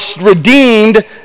redeemed